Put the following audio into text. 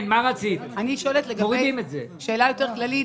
אני שואלת שאלה יותר כללית,